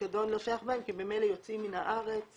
הפיקדון לא שייך להם, כי ממילא הם יוצאים מן הארץ.